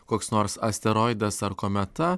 koks nors asteroidas ar kometa